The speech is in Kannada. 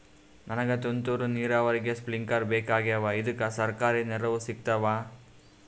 ನನಗ ತುಂತೂರು ನೀರಾವರಿಗೆ ಸ್ಪಿಂಕ್ಲರ ಬೇಕಾಗ್ಯಾವ ಇದುಕ ಸರ್ಕಾರಿ ನೆರವು ಸಿಗತ್ತಾವ?